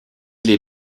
les